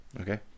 Okay